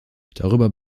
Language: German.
darüber